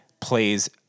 plays